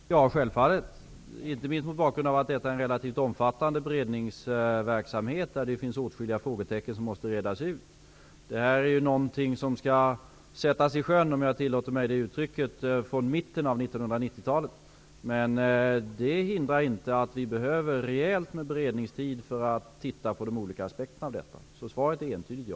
Fru talman! Ja, det är självfallet viktigt, inte minst mot bakgrund av att detta är en relativt omfattande beredningsverksamhet, där det finns åtskilliga frågetecken som måste rätas ut. Det är någonting som skall sättas i sjön, om uttrycket tillåts, från mitten av 1990-talet, men det hindrar inte att vi behöver rejält med beredningstid för att titta på de olika aspekterna av detta. Svaret är alltså entydigt ja.